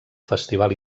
festival